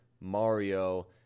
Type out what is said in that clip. Mario